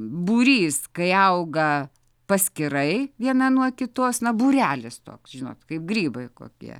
būrys kai auga paskirai viena nuo kitos na būrelis toks žinot kaip grybai kokie